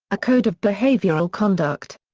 a code of behavioral conduct.